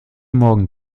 morgen